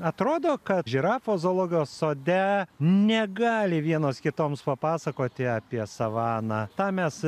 atrodo kad žirafos zoologijos sode negali vienos kitoms papasakoti apie savaną tą mes